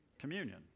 Communion